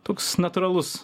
toks natūralus